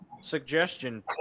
suggestion